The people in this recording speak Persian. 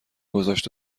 گذاشت